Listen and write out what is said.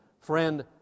friend